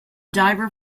diver